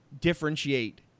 differentiate